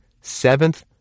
seventh